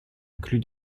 inclus